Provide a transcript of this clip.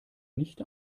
nicht